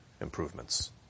improvements